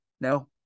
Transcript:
No